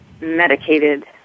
medicated